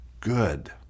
good